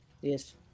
Yes